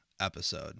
episode